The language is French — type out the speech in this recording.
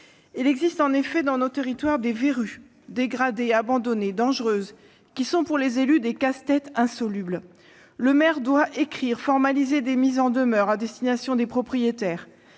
Il existe en effet dans nos territoires des « verrues », dégradées, abandonnées, dangereuses, qui sont pour les élus des casse-têtes insolubles. Le maire doit écrire et formaliser des mises en demeure à destination des propriétaires.